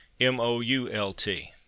M-O-U-L-T